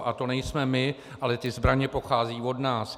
A to nejsme my, ale ty zbraně pocházejí od nás.